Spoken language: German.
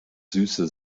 süße